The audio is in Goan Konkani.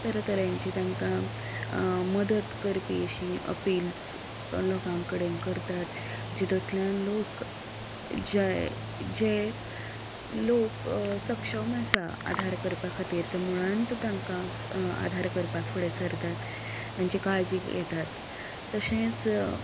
तर तरेतरेंची तांकां मदत करपी अशी अपिल्स लोकांकडेन करतात जितूतल्यान लोक जे जे लोक सक्षम आसा आधार करपा खातीर ते मुळांत तांकां आधार करपाक फुडें सरतात काळजी घेतात तशेंच